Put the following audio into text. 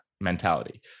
mentality